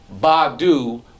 Badu